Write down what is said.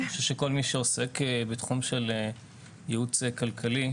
אני חושב שכל מי שעוסק בתחום של ייעוץ כלכלי,